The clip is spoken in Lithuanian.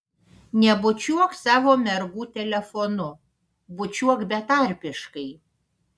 nebučiuok savo mergų telefonu bučiuok betarpiškai